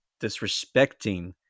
disrespecting